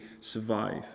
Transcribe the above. survive